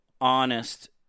honest